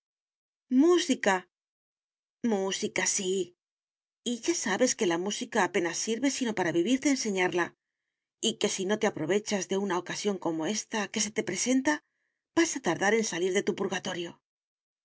música música sí y ya sabes que la música apenas sirve sino para vivir de enseñarla y que si no te aprovechas de una ocasión como esta que se te presenta vas a tardar en salir de tu purgatorio